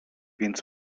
więc